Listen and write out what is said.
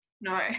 no